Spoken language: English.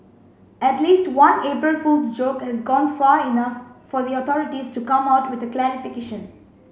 at least one April Fool's joke has gone far enough for the authorities to come out with a clarification